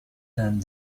and